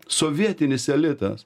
sovietinis elitas